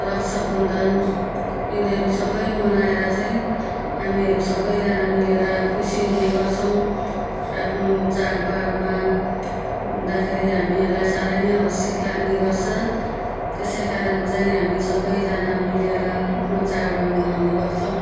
रक्षा बन्धन चिनीहरू सबै मनाएर चाहिँ हामीहरू सबैजाना मिलेर खुसी हुने गर्छौँ आफ्नो चाडबाडमा हुँदाखेरि हामीलाई साह्रै नै हर्षित लाग्ने गर्छ त्यसै कारण चाहिँ हामी सबैजाना मिलेर आफ्नो चाडबाड मनाउने गर्छौँ